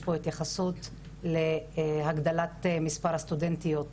יש פה התייחסות להגדלת מספר הסטודנטיות